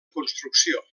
construcció